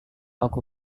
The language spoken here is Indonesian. aku